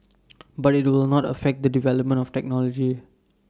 but IT will not affect the development of technology